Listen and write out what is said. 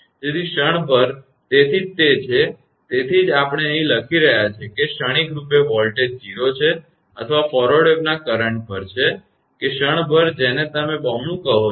તેથી ક્ષણભર તેથી જ તે છે કે તેથી જ આપણે અહીં લખી રહ્યા છીએ કે ક્ષણિકરૂપે વોલ્ટેજ 0 છે અથવા ફોરવર્ડ વેવનાં કરંટ પર છે કે ક્ષણભર જેને તમે બમણું કહો છો